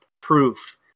proof